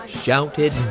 shouted